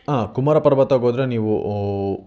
ಆಂ ಕುಮಾರ ಪರ್ವತಕೋದ್ರೆ ನೀವು